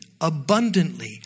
abundantly